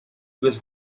was